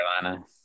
Carolina